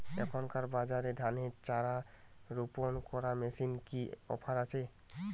এখনকার বাজারে ধানের চারা রোপন করা মেশিনের কি অফার আছে?